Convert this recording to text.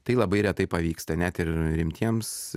tai labai retai pavyksta net ir rimtiems